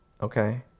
okay